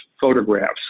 photographs